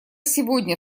сегодня